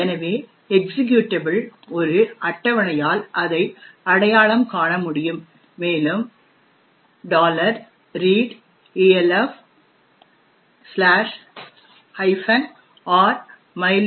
எனவே எக்சிக்யூடபிள் ஒரு அட்டவணையால் அதை அடையாளம் காண முடியும் மேலும் readelf R mylib